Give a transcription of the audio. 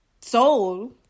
soul